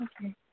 Okay